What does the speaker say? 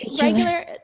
regular